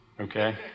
Okay